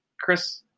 Chris